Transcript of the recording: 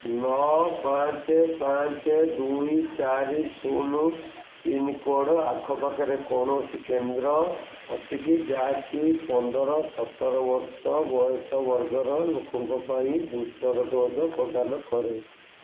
ନଅ ପାଞ୍ଚ ପାଞ୍ଚ ଦୁଇ ଚାରି ଶୁନ ପିନ୍କୋଡ଼୍ ଆଖପାଖରେ କୌଣସି କେନ୍ଦ୍ର ଅଛି କି ଯାହାକି ପନ୍ଦର ସତର ବର୍ଷ ବୟସ ବର୍ଗର ଲୋକଙ୍କ ପାଇଁ ବୁଷ୍ଟର୍ ଡୋଜ୍ ପ୍ରଦାନ କରେ